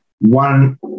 one